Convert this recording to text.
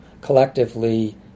collectively